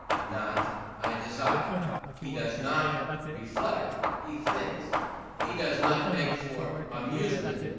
not i desire he does not reflect, he thinks he does not beg for amusement,